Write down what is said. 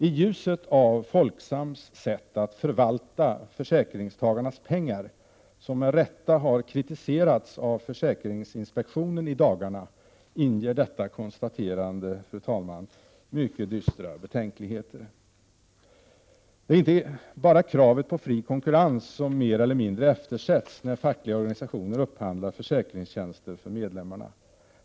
I ljuset av Folksams sätt att förvalta försäkringstagarnas pengar — som med rätta har kritiserats av försäkringsinspektionen i dagarna — inger detta konstaterande, fru talman, mycket dystra betänkligheter. Det är inte bara kravet på fri konkurrens som mer eller mindre eftersätts när fackliga organisationer upphandlar försäkringstjänster för medlemmarna.